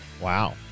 Wow